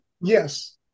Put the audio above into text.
Yes